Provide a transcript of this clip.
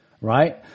Right